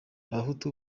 abahutu